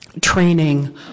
training